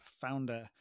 founder